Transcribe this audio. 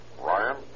Ryan